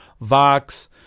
Vox